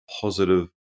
positive